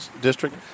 district